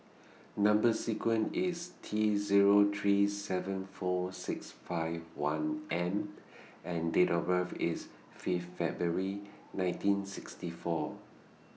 Number sequence IS T Zero three seven four six five one M and Date of birth IS Fifth February nineteen sixty four